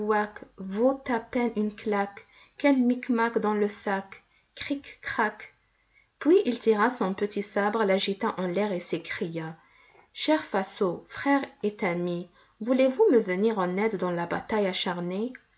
vaut à peine une claque quel micmac dans le sac cric crac puis il tira son petit sabre l'agita en l'air et s'écria chers vassaux frères et amis voulez-vous me venir en aide dans la bataille acharnée